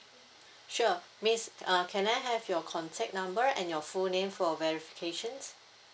sure miss uh can I have your contact number and your full name for verifications